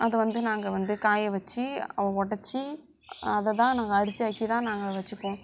அதை வந்து நாங்கள் வந்து காய வச்சு உடைச்சி அதைதான் நாங்கள் அரிசியாக்கிதான் நாங்கள் வச்சுப்போம்